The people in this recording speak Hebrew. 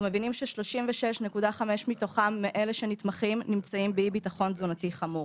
אנחנו מבינים ב-36.5% מתוך אלה שנתמכים נמצאים באי-ביטחון תזונתי חמור.